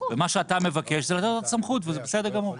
מה שאתה מבקש, זאת סמכות וזה בסדר גמור.